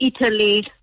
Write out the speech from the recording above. italy